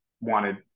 wanted